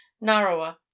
narrower